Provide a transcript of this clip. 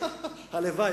הלוואי.